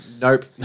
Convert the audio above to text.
nope